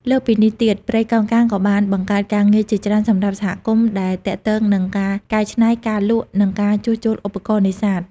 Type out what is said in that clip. លើសពីនេះទៀត ព្រៃកោងកាងក៏បានបង្កើតការងារជាច្រើនសម្រាប់សហគមន៍ដែលទាក់ទងនឹងការកែច្នៃ ការលក់ និងការជួសជុលឧបករណ៍នេសាទ។